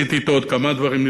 עשיתי אתו עוד כמה דברים.